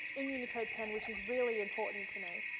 in unicode ten, which is really important to me.